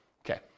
Okay